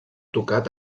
tocat